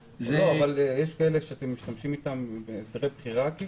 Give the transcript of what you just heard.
יש מי שאתם משתמשים בהם בהסדרי בחירה?